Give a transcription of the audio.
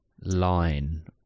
line